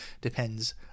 depends